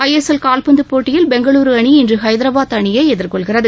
ஐ S L கால்பந்து போட்டியில் பெங்களுரு அணி இன்று ஐதராபாத் அணியை எதிர்கொள்கிறது